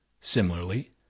Similarly